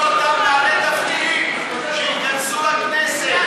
את כל אותם בעלי תפקידים שייכנסו לכנסת.